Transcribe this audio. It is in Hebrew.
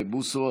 בוסו,